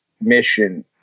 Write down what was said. mission